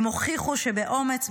הם הוכיחו שבאומץ,